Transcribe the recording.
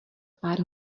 pár